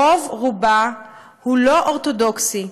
רוב-רובה הוא לא אורתודוקסי,